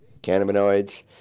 cannabinoids